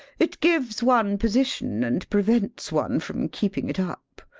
it gives one position, and prevents one from keeping it up.